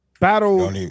Battle